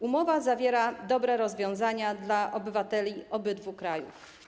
Umowa zawiera dobre rozwiązania dla obywateli obydwu krajów.